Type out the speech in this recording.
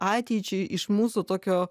ateičiai iš mūsų tokio